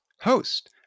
host